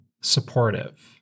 supportive